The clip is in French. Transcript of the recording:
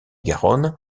garonne